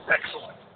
Excellent